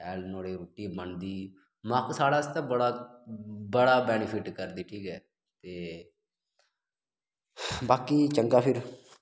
शैल नुआढ़ी रुट्टी बनदी मक्क साढ़ै आस्तै बड़ा बड़ा बैनिफ्ट करदी ठीक ऐ ते बाकी चंगा फिर